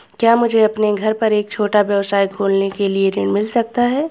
क्या मुझे अपने घर पर एक छोटा व्यवसाय खोलने के लिए ऋण मिल सकता है?